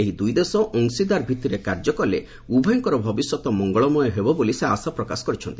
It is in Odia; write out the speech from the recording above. ଏହି ଦୂଇ ଦେଶ ଅଂଶୀଦାର ଭିତ୍ତିରେ କାର୍ଯ୍ୟ କଲେ ଉଭୟଙ୍କର ଭବିଷ୍ୟତ ମଙ୍ଗଳମୟ ହେବ ବୋଲି ସେ ଆଶା ପ୍ରକାଶ କରିଛନ୍ତି